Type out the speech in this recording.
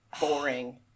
boring